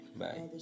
bye